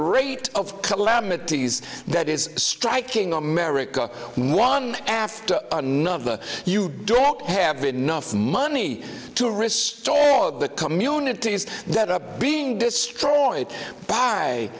rate of calamities that is striking america one after another you don't have enough money to restore the communities that are being destroyed by